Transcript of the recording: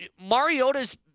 Mariota's